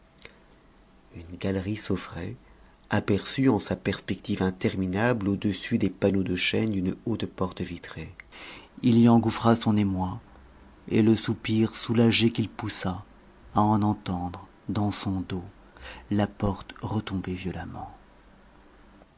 une galerie s'offrait aperçue en sa perspective interminable au-dessus des panneaux de chêne d'une haute porte vitrée il y engouffra son émoi et le soupir soulagé qu'il poussa à en entendre dans son dos la porte retomber violemment